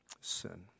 sin